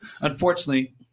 Unfortunately